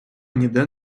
ніде